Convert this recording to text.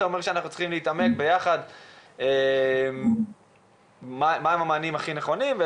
זה אומר שאנחנו צריכים לחשוב יחד מה המענים הכי נכונים.